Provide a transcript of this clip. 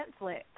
Netflix